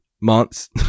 months